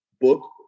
Book